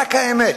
רק האמת.